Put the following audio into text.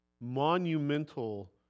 monumental